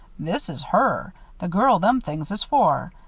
this is her the girl them things is for.